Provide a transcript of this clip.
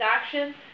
actions